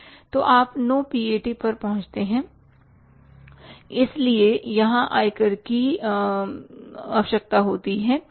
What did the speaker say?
तो आप no PAT पर पहुंचते हैं इसलिए वहां आयकर की आवश्यकता होती है